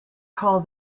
call